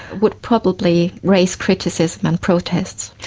would probably raise criticism and protests.